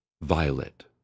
Violet